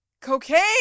Cocaine